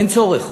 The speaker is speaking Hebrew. אין צורך.